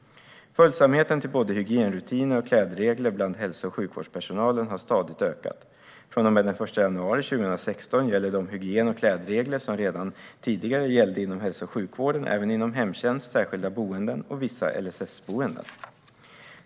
Följsamheten till både hygienrutiner och klädregler bland hälso och sjukvårdspersonalen har stadigt ökat. Från och med den 1 januari 2016 gäller de hygien och klädregler som redan tidigare gällde inom hälso och sjukvården även inom hemtjänst, särskilda boenden och vissa LSS-boenden.